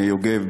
יוגב,